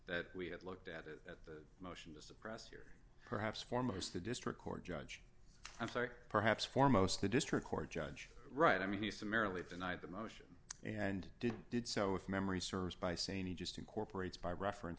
that we had looked at it at the motion to suppress here perhaps foremost the district court judge i'm sorry perhaps foremost the district court judge wright i mean he summarily denied the motion and did did so if memory serves by saying he just incorporates by reference